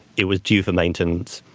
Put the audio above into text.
it was due for maintenance,